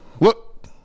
look